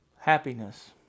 happiness